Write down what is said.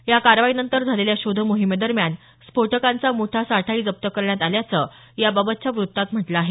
या कारवाईनंतर झालेल्या शोधमोहिमेदरम्यान स्फोटकांचा मोठा साठाही जप्त करण्यात आल्याचं याबाबतच्या वृत्तात म्हटलं आहे